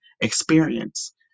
experience